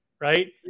right